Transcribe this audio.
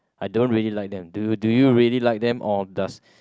I don't really like them do do you really like them or does